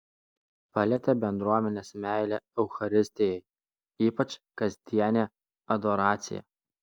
palietė bendruomenės meilė eucharistijai ypač kasdienė adoracija